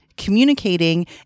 communicating